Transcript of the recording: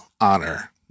honor